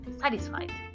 satisfied